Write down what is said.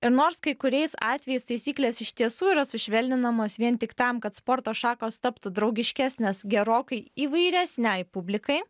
ir nors kai kuriais atvejais taisyklės iš tiesų yra sušvelninamos vien tik tam kad sporto šakos taptų draugiškesnės gerokai įvairesnei publikai